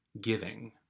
giving